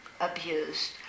abused